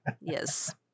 yes